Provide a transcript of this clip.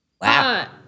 Wow